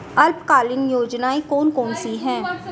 अल्पकालीन योजनाएं कौन कौन सी हैं?